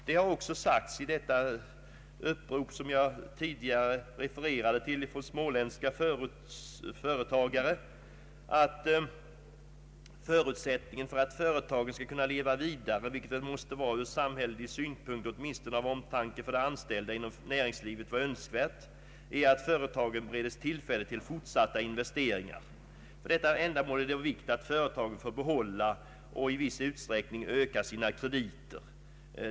Det har sagts i det upprop som jag tidigare refererade till från småländska företagare, att förutsättningen för att företagen skall kunna leva vidare, vilket ur samhällsekonomisk synpunkt och åtminstone av omtanke om de anställda i näringslivet måste vara önskvärt, är att företagen bereds tillfälle till fortsatta investeringar. För detta ändamål är det av vikt att företagen får behålla och i viss utsträckning öka sina krediter.